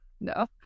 No